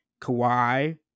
Kawhi